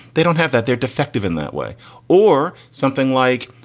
they don't have that. they're defective in that way or something like.